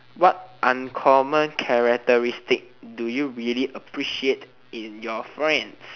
what uncommon characteristic do you really appreciate in your friends